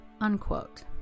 unquote